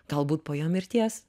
galbūt po jo mirties